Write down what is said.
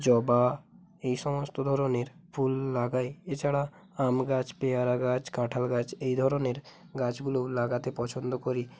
জবা এই সমস্ত ধরনের ফুল লাগাই এছাড়া আম গাছ পেয়ারা গাছ কাঁঠাল গাছ এই ধরনের গাছগুলোও লাগাতে পছন্দ করি